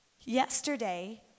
Yesterday